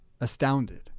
astounded